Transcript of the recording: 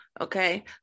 Okay